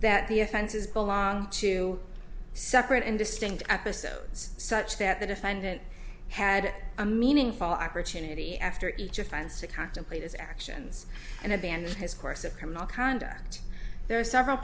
that the offenses belong to separate and distinct episodes such that the defendant had a meaningful opportunity after each offense to contemplate his actions and abandon his course of criminal conduct there are several